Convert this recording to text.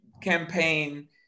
campaign